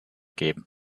geben